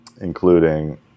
including